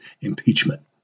impeachment